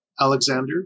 Alexander